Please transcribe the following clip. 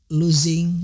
losing